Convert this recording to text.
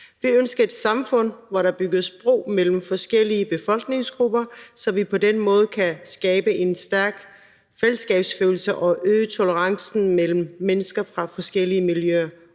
Vi ønsker et samfund, hvor der bygges bro mellem forskellige befolkningsgrupper, så vi på den måde kan skabe en stærk fællesskabsfølelse og øge tolerancen mellem mennesker fra forskellige miljøer